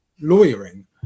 lawyering